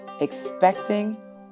expecting